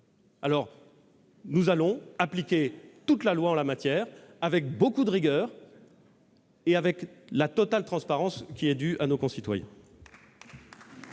Nous allons donc appliquer toute la loi en la matière, avec la rigueur et avec la totale transparence qui est due à nos concitoyens.